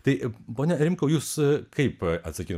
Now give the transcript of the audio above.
tai pone rimkau jūs kaip atsakytumėt